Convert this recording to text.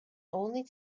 only